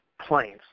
planes